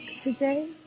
today